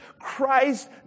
Christ